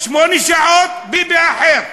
שמונה שעות, ביבי אחר.